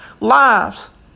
lives